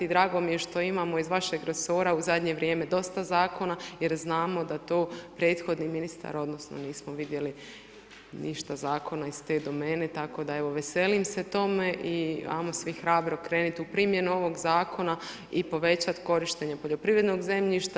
I drago mi je što imamo iz vašeg resora u zadnje vrijeme dosta zakona jer znamo da to prethodni ministar odnosno nismo vidjeli ništa zakona iz te domene, tako da evo veselim se tome i ajmo svi hrabro krenuti u primjenu ovog zakona i povećati korištenje poljoprivrednog zemljišta.